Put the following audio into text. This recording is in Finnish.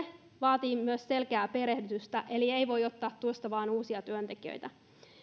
vaatii myös selkeää perehdytystä ei voi ottaa tuosta vain uusia työntekijöitä